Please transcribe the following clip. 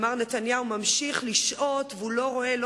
ומר נתניהו ממשיך לשעוט והוא לא רואה לא